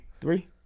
Three